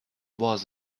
was